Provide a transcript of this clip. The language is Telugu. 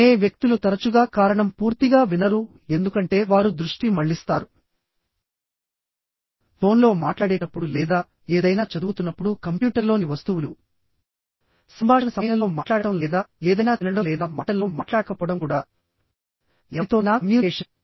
వినే వ్యక్తులు తరచుగా కారణం పూర్తిగా వినరు ఎందుకంటే వారు దృష్టి మళ్లిస్తారు ఫోన్లో మాట్లాడేటప్పుడు లేదా ఏదైనా చదువుతున్నప్పుడు కంప్యూటర్లోని వస్తువులు సంభాషణ సమయంలో మాట్లాడటం లేదా ఏదైనా తినడం లేదా మాటల్లో మాట్లాడకపోవడం కూడా ఎవరితోనైనా కమ్యూనికేషన్